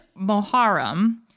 Moharam